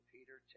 Peter